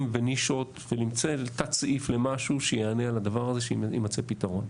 ונישות ולנצל תת סעיף למשהו שיענה על הדבר הזה שיימצא פתרון.